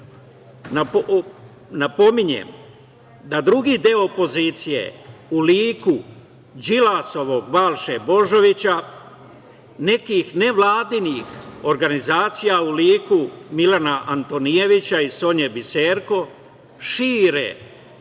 napominjem da drugi deo opozicije u liku Đilasovog Balše Božovića, nekih nevladinih organizacija u liku Milana Antonijevića i Sonje Biserko, šire neistine